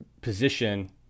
position